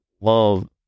love